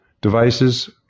devices